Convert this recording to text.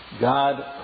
God